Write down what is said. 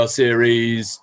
series